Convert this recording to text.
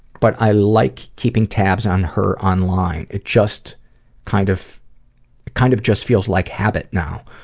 but i like keeping tabs on her online. it just kind of it kind of just feels like habit now,